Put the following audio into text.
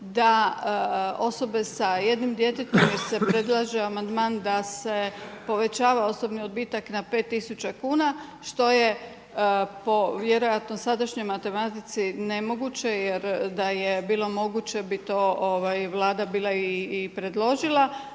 da osobe sa jednim djetetom, jer se predlaže amandman da se povećava osobni odbitak na 5000 kuna što je po vjerojatno sadašnjoj matematici nemoguće. Jer da je bilo moguće bi to Vlada bila i predložila.